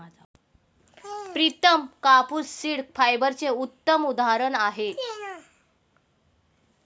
प्रितम कापूस सीड फायबरचे उत्तम उदाहरण आहे